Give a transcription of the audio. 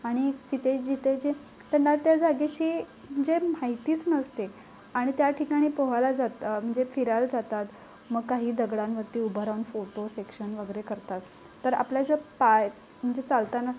आणि तिथे जिथे जे त्यांना त्या जागेची म्हणजे माहितीच नसते आणि त्या ठिकाणी पोहायला जाता म्हणजे फिरायला जातात मग काही दगडांवरती उभा राहून फोटो सेक्शन वगैरे करतात तर आपल्या ज्या पाय म्हणजे चालताना